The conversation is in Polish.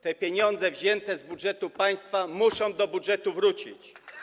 Te pieniądze wzięte z budżetu państwa muszą do budżetu wrócić.